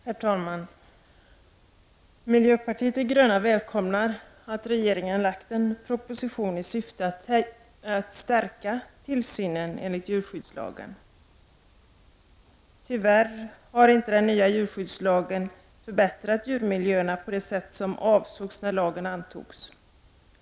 Herr talman! Miljöpartiet de gröna välkomnar att regeringen framlagt en proposition i syfte att stärka tillsynen enligt djurskyddslagen. Tyvärr har inte den nya djurskyddslagen förbättrat djurmiljöerna på det sätt som avsågs när lagen antogs.